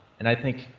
and i think